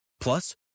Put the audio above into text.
plus